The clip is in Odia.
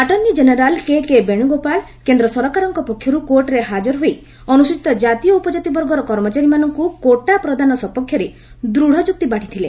attorney general K K Venugopal କେନ୍ଦ୍ର ସରକାରଙ୍କ ପକ୍ଷରୁ କୋର୍ଟରେ ହାଜର ହୋଇ ଅନୁସ୍ଚିତ କାତି ଓ ଉପକାତି ବର୍ଗର କର୍ମଚାରୀମାନଙ୍କୁ କୋଟା ପ୍ରଦାନ ସପକ୍ଷରେ ଦୂଢ଼ ଯୁକ୍ତି ବାଢ଼ିଥିଲେ